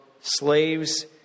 slaves